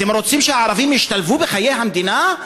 אתם רוצים שהערבים ישתלבו בחיי המדינה,